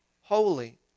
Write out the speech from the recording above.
Holy